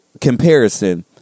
comparison